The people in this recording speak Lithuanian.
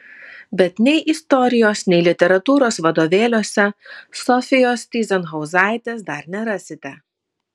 bet nei istorijos nei literatūros vadovėliuose sofijos tyzenhauzaitės dar nerasite